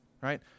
right